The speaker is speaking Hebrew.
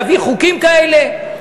להביא חוקים כאלה?